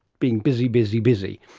being busy, busy, busy,